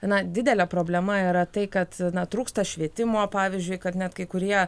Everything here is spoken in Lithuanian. na didelė problema yra tai kad na trūksta švietimo pavyzdžiui kad net kai kurie